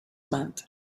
meant